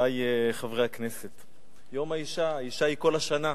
חברי חברי הכנסת, יום האשה, האשה היא כל השנה,